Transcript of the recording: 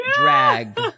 drag